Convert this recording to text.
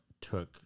took